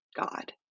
God